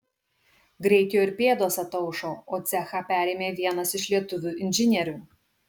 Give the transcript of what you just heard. greit jo ir pėdos ataušo o cechą perėmė vienas iš lietuvių inžinierių